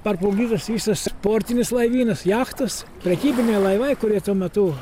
parplukdytas visas ir portinis laivynas jachtos prekybiniai laivai kurie tuo metu